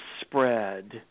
spread